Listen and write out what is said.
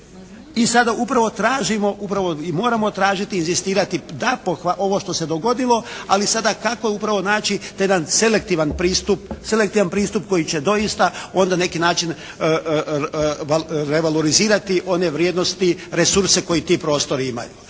I sada upravo tražimo, upravo i moramo tražiti, inzistirati da ovo što se dogodilo ali sada kako upravo naći taj jedan selektivan pristup koji će doista onda na neki način revalorizirati one vrijednosti, resurse koji ti prostori imaju.